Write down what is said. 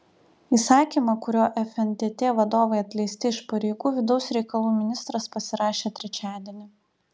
įsakymą kuriuo fntt vadovai atleisti iš pareigų vidaus reikalų ministras pasirašė trečiadienį